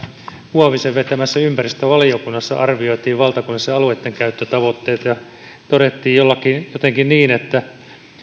huovisen vetämässä ympäristövaliokunnassa arvioitiin valtakunnallisia alueittenkäyttötavoitteita ja todettiin jotenkin niin että